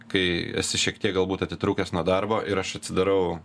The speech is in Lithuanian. kai esi šiek tiek galbūt atitrūkęs nuo darbo ir aš atsidarau